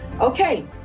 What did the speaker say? Okay